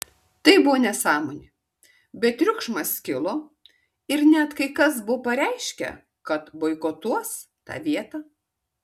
tai buvo nesąmonė bet triukšmas kilo ir net kai kas buvo pareiškę kad boikotuos tą vietą